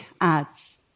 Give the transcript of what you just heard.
ads